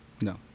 No